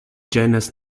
ĝenas